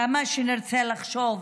כמה שנרצה לחשוב,